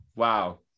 wow